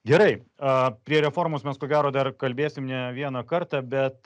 gerai a prie reformos mes ko gero dar kalbėsim ne vieną kartą bet